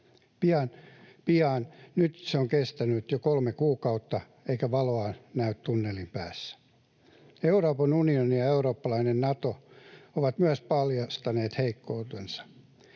Nyt se on kestänyt jo kolme kuukautta, eikä valoa näy tunnelin päässä. Euroopan unioni ja eurooppalainen Nato ovat myös paljastaneet heikkoutensa,